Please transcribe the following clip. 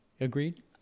agreed